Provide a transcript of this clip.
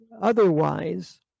otherwise